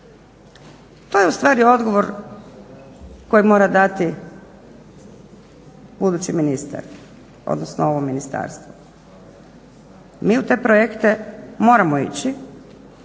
To je u stvari odgovor koji mora dati budući ministar, odnosno ovo ministarstvo. Mi u te projekte moramo ići,